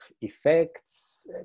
effects